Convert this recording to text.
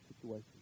situation